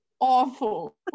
awful